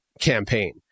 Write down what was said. campaign